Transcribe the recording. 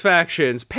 Faction's